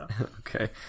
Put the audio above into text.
Okay